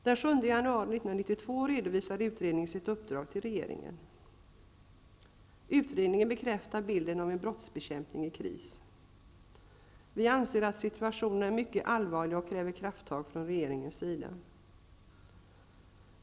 Den 7 januari 1992 redovisade utredningen sitt uppdrag till regeringen. Utredningen bekräftar bilden av en brottsbekämpning i kris. Vi anser att situationen är mycket allvarlig och kräver krafttag från regeringens sida.